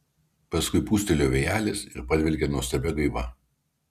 paskui pūstelėjo vėjelis ir padvelkė nuostabia gaiva